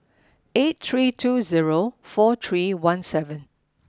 eight three two zero four three one seven